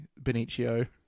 Benicio